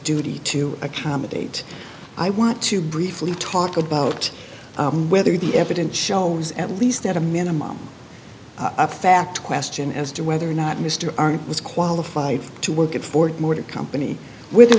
duty to accommodate i want to briefly talk about whether the evidence shows at least at a minimum a fact question as to whether or not mr r was qualified to work at ford motor company with